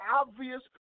obvious